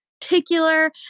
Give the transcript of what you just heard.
particular